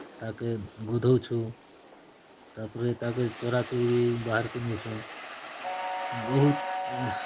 ଆରୁ ହେତି କାକି ପଶୁ ପକ୍ଷୀ ବବୁ ସୁସ୍ଥ ରହୁଛନ୍ ଆମର୍ ପାଖେ ପାଖେ ସବୁ ଅଛନ୍ ଯେତେବେଲେ ଡାକିଲେ ଆଉଛନ୍ ସେମାନେ